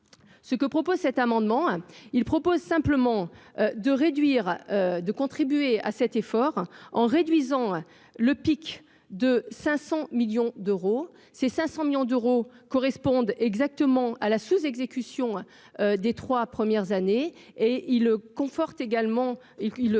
ce que propose cet amendement, il propose simplement de réduire, de contribuer à cet effort en réduisant le pic de 500 millions d'euros, ces 500 millions d'euros correspondent exactement à la sous-exécution des 3 premières années et il le conforte également il